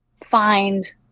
find